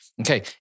okay